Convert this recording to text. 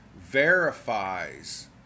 verifies